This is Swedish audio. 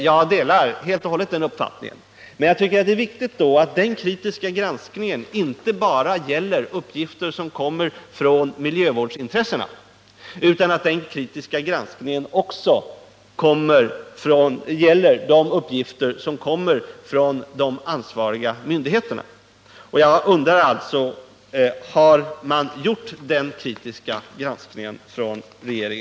Jag delar helt och hållet den uppfattningen, men jag tycker att det då är viktigt att den kritiska granskningen inte bara gäller uppgifter som kommer från miljövårdsintressena, utan att den kritiska granskningen också gäller de uppgifter som kommer från de ansvariga myndigheterna. Jag undrar därför: Har regeringen gjort någon sådan kritisk granskning?